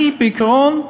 אני, בעיקרון,